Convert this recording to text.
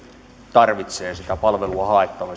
tarvitsee sitä palvelua